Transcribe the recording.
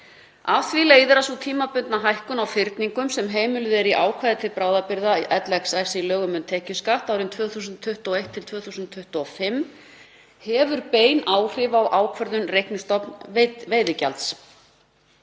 Af því leiðir að sú tímabundna hækkun á fyrningum sem heimiluð er í ákvæði til bráðabirgða LXX í lögum um tekjuskatt árin 2021–2025 hefur bein áhrif á ákvörðun reiknistofns veiðigjalds.